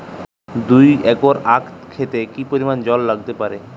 দুই একর আক ক্ষেতে কি পরিমান জল লাগতে পারে?